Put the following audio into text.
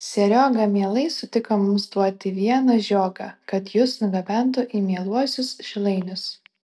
serioga mielai sutiko mums duoti vieną žiogą kad jus nugabentų į mieluosius šilainius